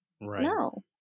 no